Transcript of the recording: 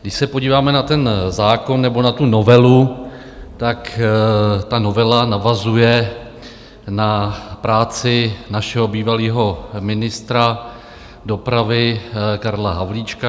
Když se podíváme na ten zákon, nebo na tu novelu, tak ta novela navazuje na práci našeho bývalého ministra dopravy Karla Havlíčka.